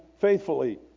faithfully